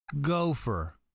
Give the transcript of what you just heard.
Gopher